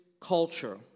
culture